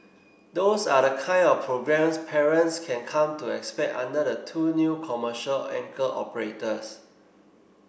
those are the kind of programmes parents can come to expect under the two new commercial anchor operators